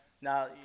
Now